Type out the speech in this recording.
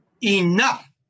enough